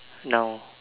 now